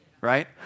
right